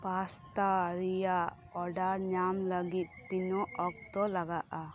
pasta ᱨᱮᱭᱟᱜ order ᱧᱟᱢ ᱞᱟᱹᱜᱤᱫ ᱛᱤᱱᱟᱹᱜ ᱚᱠᱛᱚ ᱞᱟᱜᱟᱜᱼᱟ